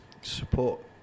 support